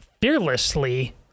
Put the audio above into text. fearlessly